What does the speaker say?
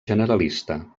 generalista